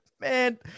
man